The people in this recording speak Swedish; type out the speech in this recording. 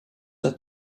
att